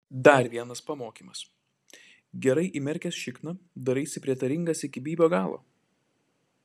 dar vienas pamokymas gerai įmerkęs šikną daraisi prietaringas iki bybio galo